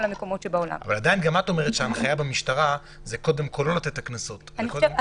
אבל עדיין את אומרת שההנחיה במשטרה היא קודם כול לא לתת את הקנסות.